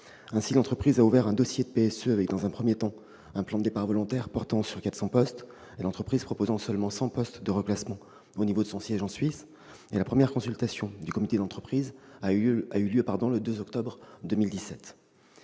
de sauvegarde de l'emploi, ou PSE. Dans un premier temps, un plan de départs volontaires porte sur 400 postes, l'entreprise proposant seulement 100 postes de reclassement au niveau de son siège, en Suisse. La première consultation du comité d'entreprise a eu lieu le 2 octobre